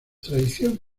tradición